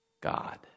God